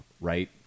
right